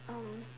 um